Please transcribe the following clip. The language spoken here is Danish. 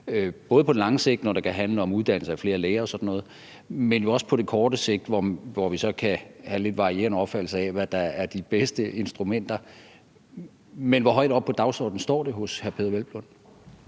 både på lang sigt, når det kan handle om uddannelse af flere læger og sådan noget, men også på kort sigt, hvor vi så kan have lidt varierende opfattelser af, hvad der er de bedste instrumenter? Men hvor højt oppe på dagsordenen står det hos hr. Peder Hvelplund?